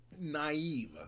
naive